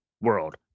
world